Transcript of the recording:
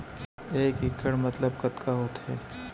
एक इक्कड़ मतलब कतका होथे?